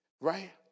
right